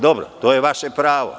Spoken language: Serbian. Dobro, to je vaše pravo.